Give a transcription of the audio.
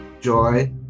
joy